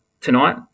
tonight